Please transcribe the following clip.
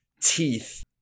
Teeth